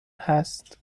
هست